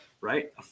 right